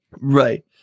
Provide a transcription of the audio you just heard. Right